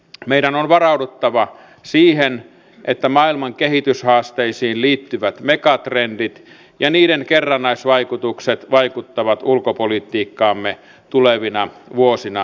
meidän on varauduttava siihen että maailman kehityshaasteisiin liittyvät megatrendit ja niiden kerrannaisvaikutukset vaikuttavat ulkopolitiikkaamme tulevina vuosina monin tavoin